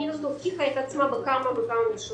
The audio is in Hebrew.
התכנית הזאת הוכיחה את עצמה בכמה מישורים.